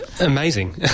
Amazing